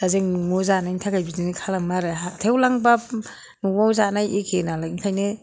दा जों न'वाव जानायनि थाखाय बिदिनो खालामो आरो हाथायाव लांबा न'वाव जानाय एखे नालाय ओंखायनो